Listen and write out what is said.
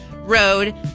road